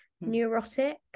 neurotic